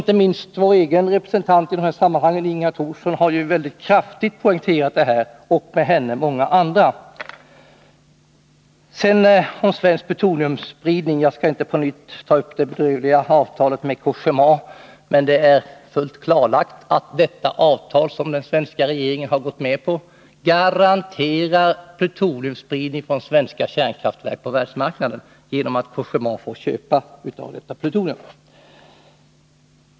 Inte minst vår egen representant i dessa sammanhang, Inga Thorsson, och med henne många andra, har kraftigt poängterat detta. Jag skall inte på nytt ta upp det bedrövliga avtalet med Cogéma. Det är fullt klarlagt att detta avtal, som den svenska regeringen har gått med på, garanterar plutoniumspridning från svenska kärnkraftverk på världsmarknaden genom att Cogéma får köpa av detta plutonium.